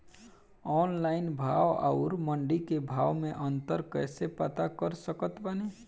Online भाव आउर मंडी के भाव मे अंतर कैसे पता कर सकत बानी?